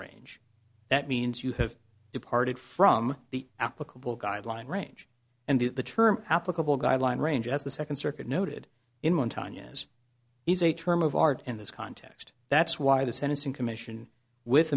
range that means you have departed from the applicable guideline range and that the term applicable guideline range as the second circuit noted in one tiny as is a term of art in this context that's why the sentencing commission with